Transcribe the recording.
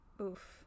oof